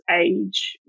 age